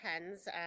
depends